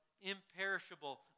imperishable